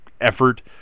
effort